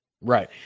Right